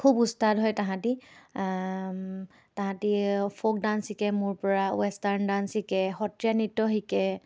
খুব উস্তাদ হয় তাহাঁতি তাহাঁতি ফ'ক ডাঞ্চ শিকে মোৰ পৰা ৱেষ্টাৰ্ণ ডাঞ্চ শিকে সত্ৰীয়া নৃত্য শিকে